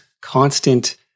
constant